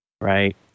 Right